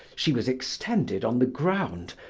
she was extended on the ground.